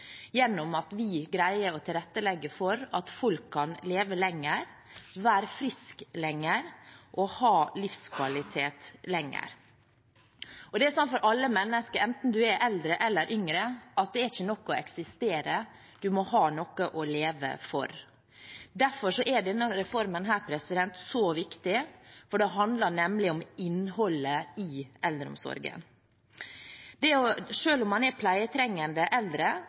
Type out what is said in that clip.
at vi greier å tilrettelegge for at folk kan leve lenger, være friske lenger og ha livskvalitet lenger. For alle mennesker, enten en er eldre eller yngre, er det slik at det er ikke nok å eksistere – en må ha noe å leve for. Derfor er denne reformen så viktig, for det handler nemlig om innholdet i eldreomsorgen. Jeg mener at selv om man er pleietrengende eldre,